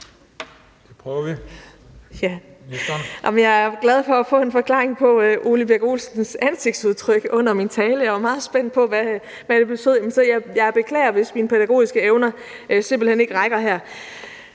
jeg er glad for at få en forklaring på Ole Birk Olesens ansigtsudtryk under min tale. Jeg var meget spændt på, hvad det betød. Så jeg beklager, hvis mine pædagogiske evner simpelt hen